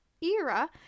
era